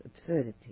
absurdity